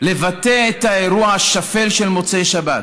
לבטא את האירוע השפל של מוצאי שבת: